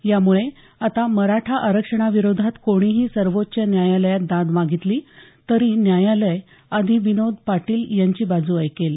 यामुळे आता मराठा आरक्षणाविरोधात कोणीही सर्वोच्च न्यायालयात दाद मागितली तरी न्यायालय आधी विनोद पाटील यांची बाजू ऐकेल